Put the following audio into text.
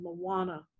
Moana